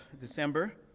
December